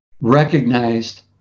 recognized